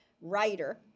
writer